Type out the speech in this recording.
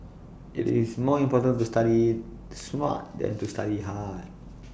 IT is more important to study smart than to study hard